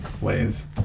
ways